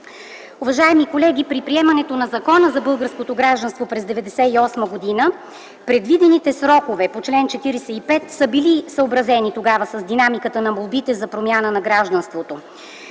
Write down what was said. Уважаеми колеги, при приемането на Закона за българското гражданство през 1998 г., предвидените срокове по чл. 45 са били съобразени тогава с динамиката на молбите за промяна на гражданството.